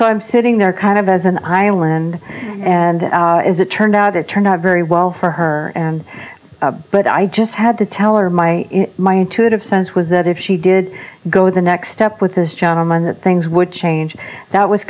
so i'm sitting there kind of as an island and as it turned out it turned out very well for her and but i just had to tell her my my intuitive sense was that if she did go the next step with this gentleman that things would change that was